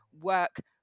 work